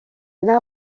yna